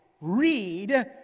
read